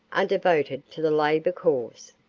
are devoted to the labor cause.